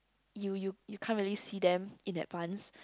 you you you can't really see them in advance